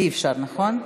אי-אפשר, נכון?